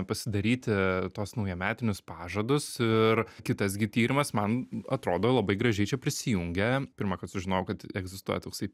pasidaryti tuos naujametinius pažadus ir kitas gi tyrimas man atrodo labai gražiai čia prisijungia pirmąkart sužinojau kad egzistuoja toksai